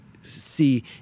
See